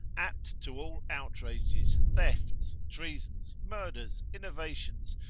apt to all outrages, thefts, treasons, murders, innovations,